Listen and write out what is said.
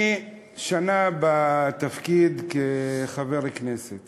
אני שנה בתפקיד חבר הכנסת